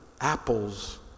apples